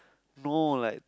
no like